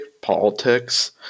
politics